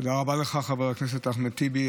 תודה רבה לך, חבר הכנסת אחמד טיבי.